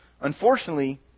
Unfortunately